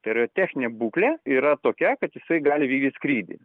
tai yra techninė būklė yra tokia kad jisai gali vykdyt skrydį